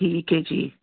ਠੀਕ ਹੈ ਜੀ